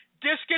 Discus